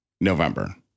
November